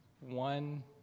one